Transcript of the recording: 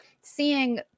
seeing